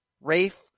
Rafe